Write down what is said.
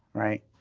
right?